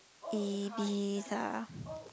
Ibiza